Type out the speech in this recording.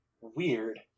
Weird